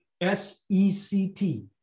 S-E-C-T